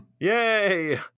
Yay